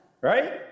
Right